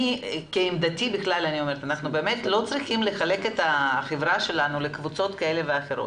עמדתי היא שאנחנו לא צריכים לחלק את החברה שלנו לקבוצות כאלה ואחרות.